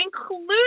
including